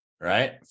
Right